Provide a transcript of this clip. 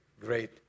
great